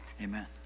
Amen